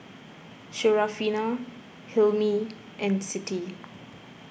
Syarafina Hilmi and Siti